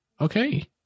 Okay